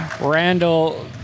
Randall